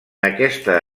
aquesta